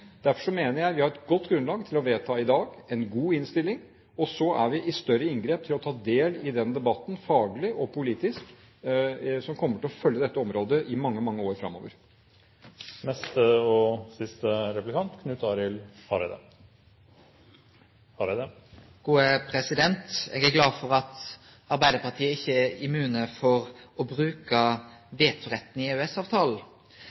Derfor mener jeg at vi i dag har et godt grunnlag for å vedta en god innstilling, og så er vi i større inngrep til å ta del i den debatten, faglig og politisk, som kommer til å følge dette området i mange, mange år fremover. Eg er glad for at ein i Arbeidarpartiet ikkje er immun mot å bruke vetoretten i